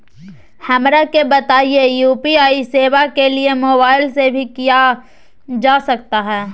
हमरा के बताइए यू.पी.आई सेवा के लिए मोबाइल से भी किया जा सकता है?